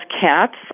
cats